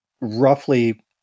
roughly